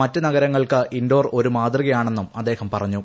മറ്റ് നഗരങ്ങൾക്ക് ഇൻഡോർ ഒരു മാതൃകയാണെന്നും അദ്ദേഹം പറഞ്ഞു